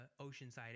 Oceanside